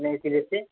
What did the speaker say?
नए सिरे से